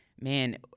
man